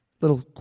Little